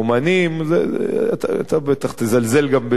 אתה בטח תזלזל גם בזה, כמובן,